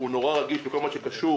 הוא נורא רגיש בכל מה שקשור